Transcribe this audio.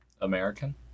American